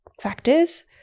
factors